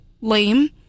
lame